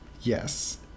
Yes